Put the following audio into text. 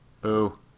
boo